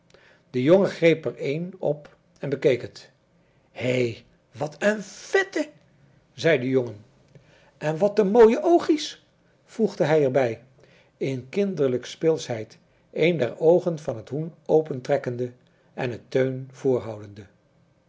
de jongen greep er een op en bekeek het hè wat een vette zei de jongen en watte mooie oochies voegde hij er bij in kinderlijke speelschheid een der oogen van het hoen opentrekkende en het teun voorhoudende